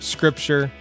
Scripture